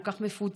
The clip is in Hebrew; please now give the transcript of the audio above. כל כך מפוצלת,